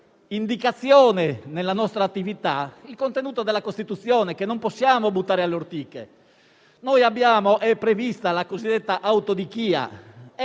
indicazione nella nostra attività il contenuto della Costituzione, che non possiamo buttare alle ortiche. È prevista la cosiddetta autodichia